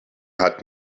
hat